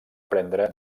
prendre